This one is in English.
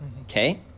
Okay